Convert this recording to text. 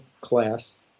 class